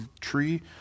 tree